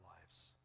lives